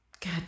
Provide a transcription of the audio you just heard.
God